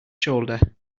shoulder